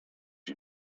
you